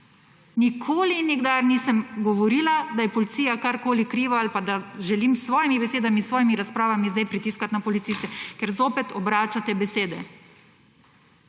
Nikoli in nikdar nisem govorila, da je Policija kakorkoli kriva ali pa, da želim s svojimi besedami, s svojimi razpravami sedaj pritiskati na policiste, ker zoper obračate besede